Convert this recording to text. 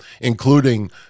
including